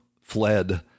fled